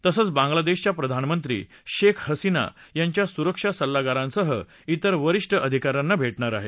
तसंच बांगलादेशच्या प्रधानमंत्री शेख हसिना यांच्या सुरक्षा सल्लागारांसह त्रिर वरीष्ठ अधिका यांना भेटणार आहेत